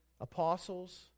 apostles